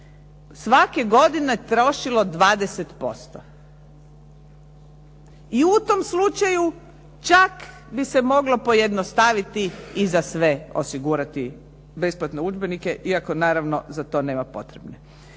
svake godine trošilo 20%. I u tom slučaju čak bi se moglo pojednostaviti i za sve osigurati besplatne udžbenike iako naravno za to nema potrebe.